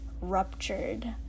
ruptured